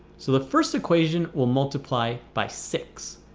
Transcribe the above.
so the first equation will multiply by six.